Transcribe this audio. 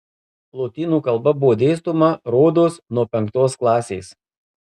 lotynų kalba buvo dėstoma rodos nuo penktos klasės